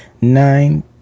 nine